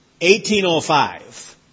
1805